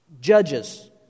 Judges